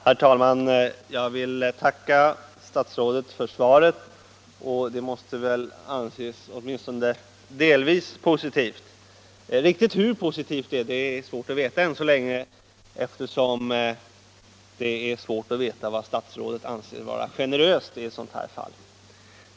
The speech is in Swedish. Herr talman! Jag vill tacka statsrådet för svaret på min fråga, och det måste väl anses åtminstone delvis positivt. Riktigt hur positivt det är är svårt att veta än så länge, eftersom man inte så lätt kan avgöra vad statsrådet anser vara generöst i ett sådant här fall.